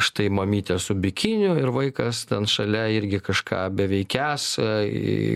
štai mamytė su bikiniu ir vaikas ten šalia irgi kažką beveikiąs tai